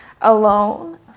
alone